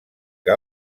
que